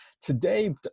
today